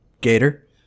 gator